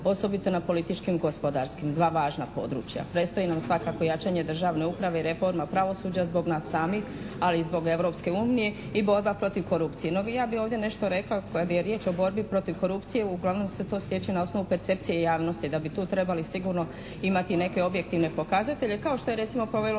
osobito na političkim i gospodarskim. Dva važna područja. Predstoji nam svakako jačanje državne uprave i reforma pravosuđa zbog nas samih ali i zbog europske unije i borba protiv korupcije. No ja bih ovdje nešto rekla. Kad je riječ o borbi protiv korupcije uglavnom se to stječe na osnovi percepcije javnosti da bi tu trebali sigurno imali neke objektivne pokazatelje kao što je recimo provelo